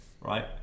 right